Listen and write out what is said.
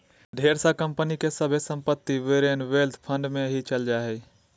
ढेर सा कम्पनी के सभे सम्पत्ति सॉवरेन वेल्थ फंड मे ही चल जा हय